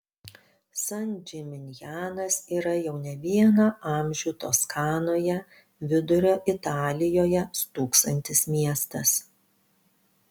san džiminjanas yra jau ne vieną amžių toskanoje vidurio italijoje stūksantis miestas